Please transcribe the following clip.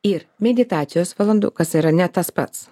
ir meditacijos valandų kas yra ne tas pats